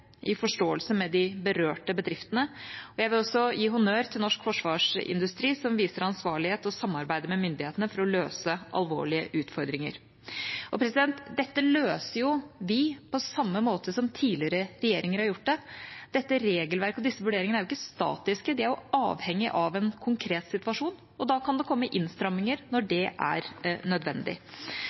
i forståelse med de berørte bedriftene. Jeg vil gi honnør til norsk forsvarsindustri, som viser ansvarlighet og samarbeider med myndighetene for å løse alvorlige utfordringer. Dette løser vi på samme måte som tidligere regjeringer har gjort. Dette regelverket og disse vurderingene er ikke statiske, de er avhengige av en konkret situasjon, og da kan det komme innstramminger når det er nødvendig.